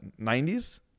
90s